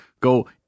go